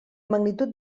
magnitud